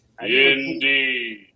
Indeed